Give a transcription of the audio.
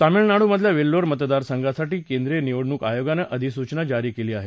तामिळनाडूमधल्या वेल्लोर मतदारसंघासाठी केंद्रीय निवडणूक आयोगानं अधिसूचना जारी केली आहे